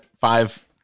five